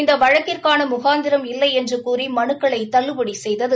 இந்த வழக்கிற்கான முகாந்திரம் இல்லை என்று கூறி மனுக்களை தள்ளுபடி செய்தது